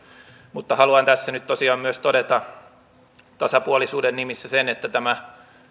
mutta haluan tässä nyt tosiaan myös todeta tasapuolisuuden nimissä sen että tämä